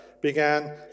began